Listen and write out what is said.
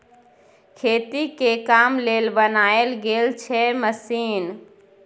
खेती के काम लेल बनाएल गेल छै मशीन